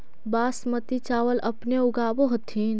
बासमती चाबल अपने ऊगाब होथिं?